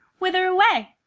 whither away?